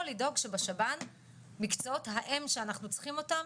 לדאוג שבשב"ן מקצועות האם שאנחנו צריכים אותם,